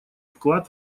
вклад